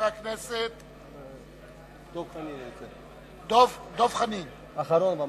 דב חנין רוצה, אחרון.